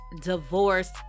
divorce